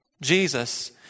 Jesus